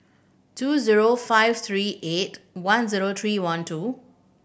two zero five three eight one zero three one two